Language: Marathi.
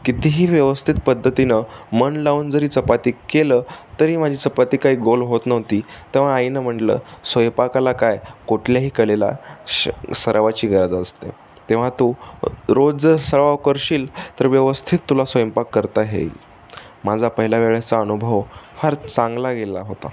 कितीही व्यवस्थित पद्धतीनं मन लावून जरी चपाती केलं तरी माझी चपाती काय गोल होत नव्हती तेव्हा आईनं म्हणलं स्वयंपाकाला काय कुठल्याही कलेला श सरावाची गरज असते तेव्हा तू रोज जर सराव करशील तर व्यवस्थित तुला स्वयंपाक करता हेईल माझा पहिल्या वेळेचा अनुभव फार चांगला गेला होता